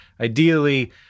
ideally